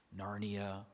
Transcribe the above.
Narnia